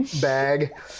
bag